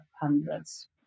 hundreds